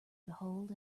behold